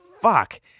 fuck